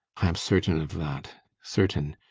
i am certain of that certain.